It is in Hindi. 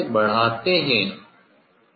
यह विचलन का कोण है